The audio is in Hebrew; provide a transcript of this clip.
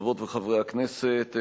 חברות וחברי הכנסת,